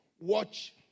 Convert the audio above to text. Watch